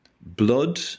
blood